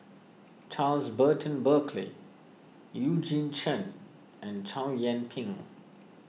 Charles Burton Buckley Eugene Chen and Chow Yian Ping